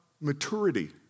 maturity